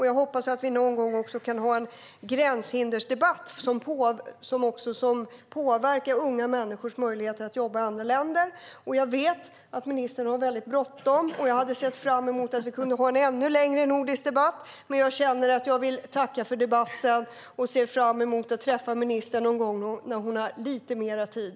Jag hoppas att vi någon gång kan ha en gränshinderdebatt. Det är något som påverkar unga människors möjlighet att jobba i andra länder. Jag vet att ministern har väldigt bråttom. Jag hade sett fram emot att ha en längre nordisk debatt. Men jag tackar för debatten och ser fram mot att träffa ministern när hon har lite mer tid.